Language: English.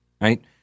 right